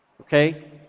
Okay